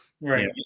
Right